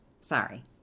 sorry